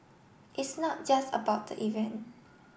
is not just about the event